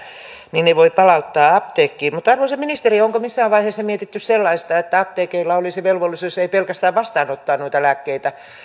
niin ne voi palauttaa apteekkiin mutta arvoisa ministeri onko missään vaiheessa mietitty sellaista että apteekeilla olisi velvollisuus ei pelkästään vastaanottaa noita lääkkeitä